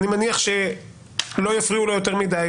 אני מניח שלא יפריעו לו יותר מדי,